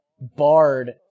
barred